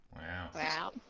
Wow